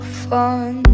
fun